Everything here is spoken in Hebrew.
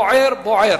בוער, בוער.